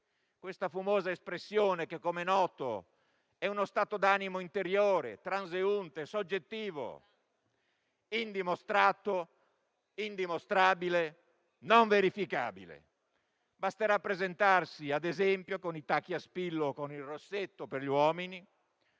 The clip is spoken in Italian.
questa fumosa espressione che, com'è noto, è uno stato d'animo interiore, transeunte, soggettivo, indimostrato, indimostrabile e non verificabile. Basterà, ad esempio, presentarsi con i tacchi a spillo e con il rossetto per gli uomini